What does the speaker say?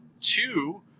two